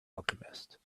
alchemist